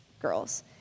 girls